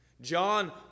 John